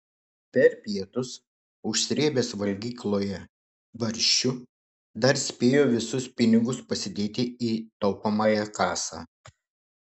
per pietus užsrėbęs valgykloje barščių dar spėjo visus pinigus pasidėti į taupomąją kasą